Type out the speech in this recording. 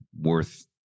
worth